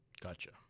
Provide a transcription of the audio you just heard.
Gotcha